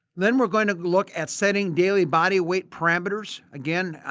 then we are going to look at setting daily body weight parameters. again,